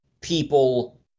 people